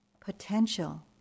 potential